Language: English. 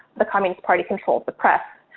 the communist party controls the press,